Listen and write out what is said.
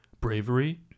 bravery